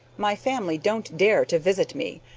my family don't dare to visit me,